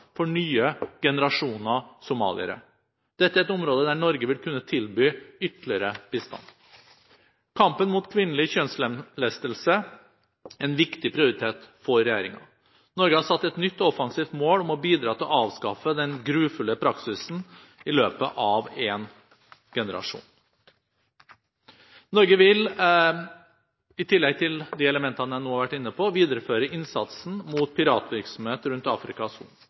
for nye generasjoner somaliere. Dette er et område der Norge vil kunne tilby ytterligere bistand. Kampen mot kvinnelig kjønnslemlestelse er en viktig prioritet for regjeringen. Norge har satt et nytt og offensivt mål om å bidra til å avskaffe den grufulle praksisen i løpet av én generasjon. Norge vil i tillegg til de elementene jeg nå har vært inne på, videreføre innsatsen mot piratvirksomhet rundt Afrikas